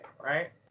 right